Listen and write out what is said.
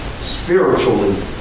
spiritually